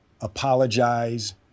apologize